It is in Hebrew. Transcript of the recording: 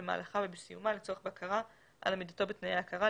במהלכה ובסיומה לצורך בקרה על עמידתו בתנאי ההכרה,